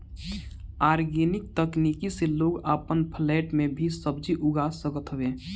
organic तकनीक से लोग अपन फ्लैट में भी सब्जी उगा सकत हवे